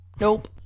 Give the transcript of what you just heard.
Nope